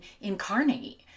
incarnate